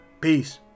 Peace